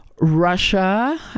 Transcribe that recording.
Russia